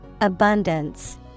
Abundance